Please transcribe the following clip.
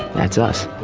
that's us.